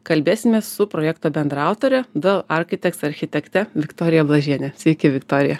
kalbėsimės su projekto bendraautore du l architects architekte viktorija blažiene sveiki viktorija